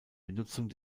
benutzung